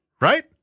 Right